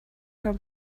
from